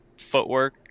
Footwork